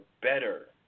better